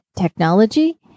technology